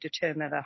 determine